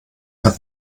hat